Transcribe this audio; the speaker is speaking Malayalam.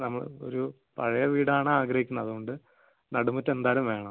നമ്മൾ ഒരു പഴയ വീടാണ് ആഗ്രഹിക്കുന്നത് അതുകൊണ്ട് നടുമുറ്റം എന്തായാലും വേണം